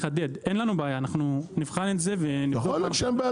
אין לנו בעיה- -- יכול להיות שאין בעיה